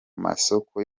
masoko